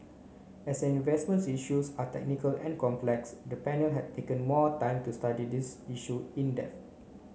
as an investment issues are technical and complex the panel has taken more time to study this issue in depth